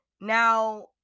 Now